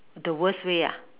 the worst way ah